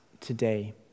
today